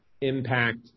impact